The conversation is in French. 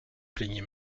plaignit